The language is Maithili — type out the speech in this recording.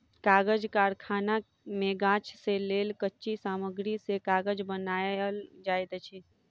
कागज़ कारखाना मे गाछ से लेल कच्ची सामग्री से कागज़ बनायल जाइत अछि